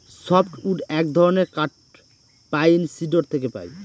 soft wood এক ধরনের কাঠ পাইন, সিডর থেকে পাই